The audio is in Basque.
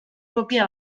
kopia